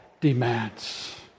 demands